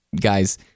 guys